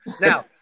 Now